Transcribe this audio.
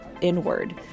inward